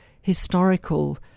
historical